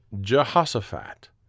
Jehoshaphat